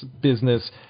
business